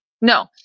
No